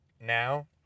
now